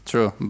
True